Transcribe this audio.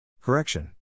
Correction